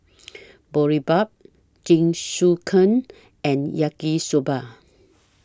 Boribap Jingisukan and Yaki Soba